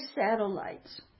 satellites